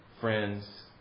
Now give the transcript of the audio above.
friends